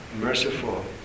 merciful